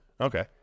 Okay